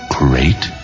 great